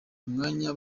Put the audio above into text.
umwanya